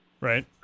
Right